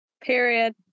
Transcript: period